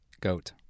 goat